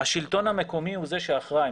השלטון המקומי הוא זה שאחראי.